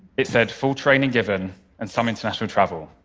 it said full training given and some international travel.